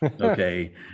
okay